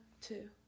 two